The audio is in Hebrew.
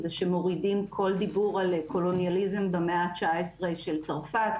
זה שמורידים כל דיבור על קולוניאליזם במאה ה-19 של צרפת,